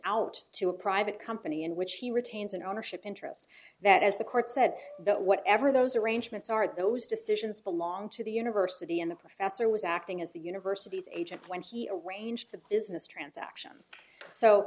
out to a private company in which he retains an ownership interest that as the court said that whatever those arrangements are those decisions belong to the university in the professor was acting as the university's agent when he arranged the business transactions so